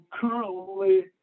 currently